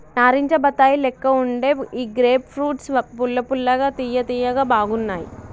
నారింజ బత్తాయి లెక్క వుండే ఈ గ్రేప్ ఫ్రూట్స్ పుల్ల పుల్లగా తియ్య తియ్యగా బాగున్నాయ్